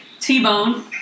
T-bone